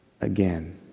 again